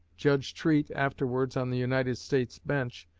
judge treat, afterwards on the united states bench,